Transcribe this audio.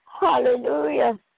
Hallelujah